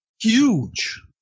Huge